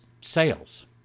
sales